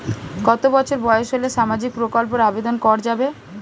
কত বছর বয়স হলে সামাজিক প্রকল্পর আবেদন করযাবে?